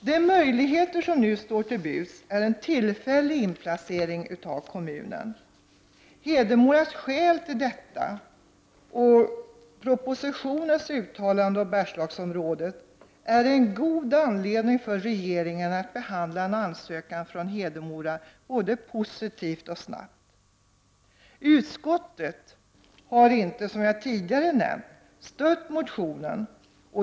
Den möjlighet som nu står till buds är en tillfällig inplacering av kommunen. Hedemoras skäl för detta och propositionens uttalande om Bergslagsområdet utgör en god anledning för regeringen att behandla en ansökan från Hedemora både positivt och snabbt. Utskottet har, som jag tidigare nämnde, inte stött motionen.